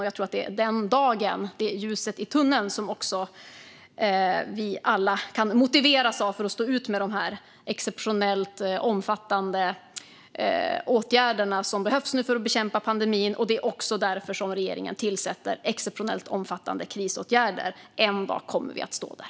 Jag tror att det är den dagen, det ljuset i tunneln, som vi alla kan motiveras av för att stå ut med de exceptionellt omfattande åtgärder som nu behövs för att bekämpa pandemin. Det är också därför regeringen vidtar exceptionellt omfattande krisåtgärder. En dag kommer vi att stå där.